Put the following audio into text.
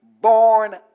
born